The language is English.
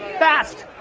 fast.